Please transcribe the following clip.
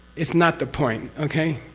it's not the point, okay?